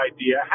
idea